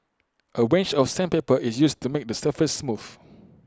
A range of sandpaper is used to make the surface smooth